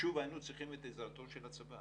שוב היינו צריכים את עזרתו של הצבא